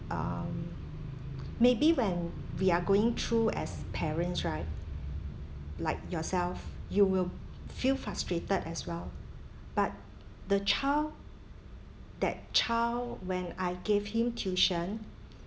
um maybe when we're going through as parents right like yourself you will feel frustrated as well but the child that child when I gave him tuition